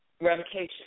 revocation